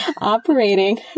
operating